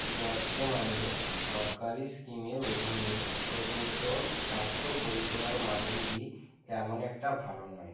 বর্তমানে সরকারি স্কিমের অধীনে প্রদত্ত স্বাস্থ্য পরিষেবার মানগুলি তেমন একটা ভালো নয়